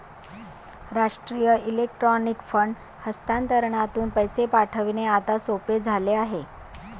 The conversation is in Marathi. राष्ट्रीय इलेक्ट्रॉनिक फंड हस्तांतरणातून पैसे पाठविणे आता सोपे झाले आहे